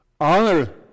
honor